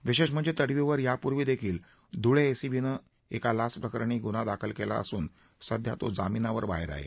विशेष म्हणजे तडवीवर यापूर्वी देखील ध्रळे एसीबीने एका लाचप्रकरणी गुन्हा दाखल केला असून सध्या तो जामिनावर बाहेर आहे